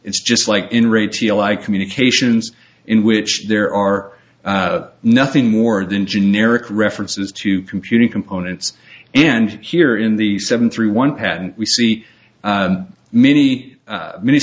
it's just like communications in which there are nothing more than generic references to computing components and here in the seven three one patent we see many many